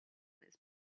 its